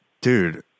dude